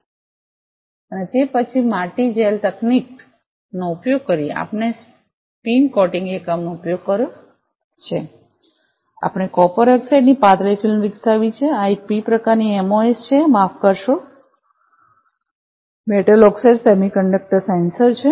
અને તે પછી માટી જેલ તકનીકનો ઉપયોગ કરીને આપણે સ્પિન કોટિંગ એકમનો ઉપયોગ કર્યો છે આપણે કોપર ઑકસાઈડની પાતળી ફિલ્મ વિકસાવી છે આ એક પી પ્રકાર એમઓએસ છે માફ કરશો મેટલ ઓક્સાઇડ સેમિકન્ડક્ટર સેન્સર છે